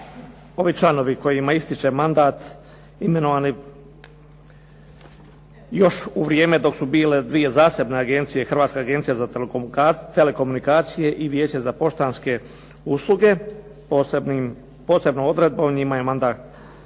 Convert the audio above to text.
ovi članovi kojima ističe mandat imenovani još u vrijeme dok su bile dvije zasebne agencije, Hrvatska agencija za telekomunikacije i Vijeće za poštanske usluge, posebnom odredbom njima je mandat